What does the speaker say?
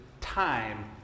time